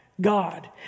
God